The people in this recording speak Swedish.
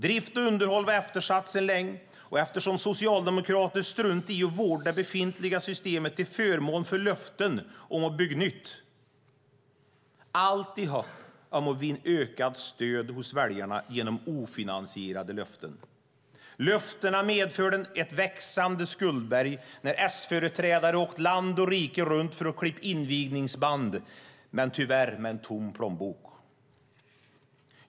Drift och underhåll var eftersatta sedan länge eftersom Socialdemokraterna struntat i att vårda det befintliga systemet till förmån för löften om att bygga nytt - allt i hopp om att vinna ökat stöd hos väljarna genom ofinansierade löften. Löftena medförde ett växande skuldberg när S-företrädare åkte land och rike runt för att klippa invigningsband men tyvärr med en tom plånbok.